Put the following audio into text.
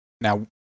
Now